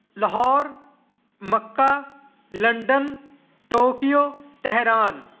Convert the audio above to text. Lahore Makkah London Tokyo Tehran